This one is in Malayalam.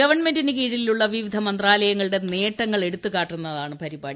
ഗവൺമെന്റിന് കീഴിലുള്ള വിവിധ മന്ത്രാലയങ്ങളുടെ നേട്ടങ്ങൾ എടുത്തുകാട്ടുന്നതാണ് പരിപാടി